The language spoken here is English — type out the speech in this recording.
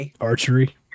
Archery